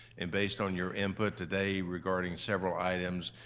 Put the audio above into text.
and based on your input today regarding several items,